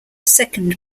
second